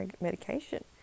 medication